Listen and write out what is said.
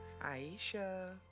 Aisha